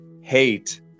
hate